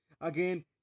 again